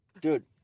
Dude